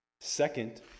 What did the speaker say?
Second